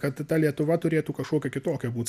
kad ta lietuva turėtų kažkokia kitokia būt